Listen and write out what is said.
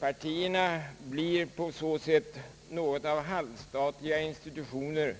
Partierna blir på så sätt något av halvstatliga institutioner,